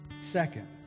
Second